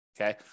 okay